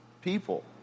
people